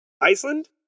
Iceland